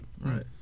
right